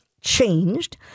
changed